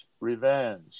Revenge